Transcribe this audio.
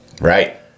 Right